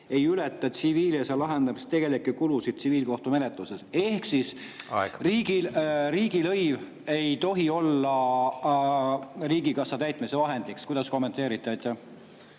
ei ületa tsiviilasja lahendamise tegelikke kulusid tsiviilkohtumenetluses." Ehk siis … Aeg! … riigilõiv ei tohi olla riigikassa täitmise vahendiks. Kuidas kommenteerite?